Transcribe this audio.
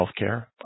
healthcare